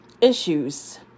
issues